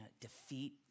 defeat